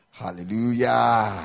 hallelujah